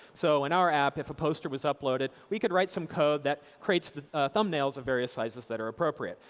so in our app, if a poster was uploaded, we could write some code that creates the thumbnails of various sizes that are appropriate.